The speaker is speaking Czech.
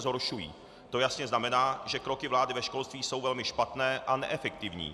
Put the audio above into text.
To jasně znamená, že kroky vlády ve školství jsou velmi špatné a neefektivní.